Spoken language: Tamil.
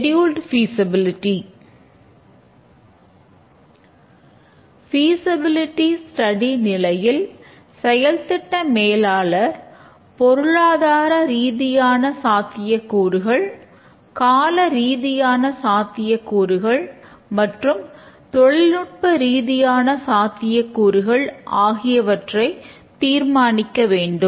ஃபிசபிலிடி ஸ்டடி கால ரீதியான சாத்தியக்கூறுகள் மற்றும் தொழில்நுட்ப ரீதியான சாத்தியக்கூறுகள் ஆகியவற்றைத் தீர்மானிக்க வேண்டும்